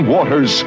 Waters